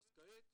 אז כעת,